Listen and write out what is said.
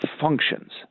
functions